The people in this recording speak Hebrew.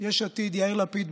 יש עתיד יאיר לפיד,